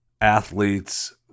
athletes